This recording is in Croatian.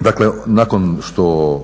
Dakle, nakon što